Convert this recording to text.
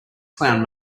clown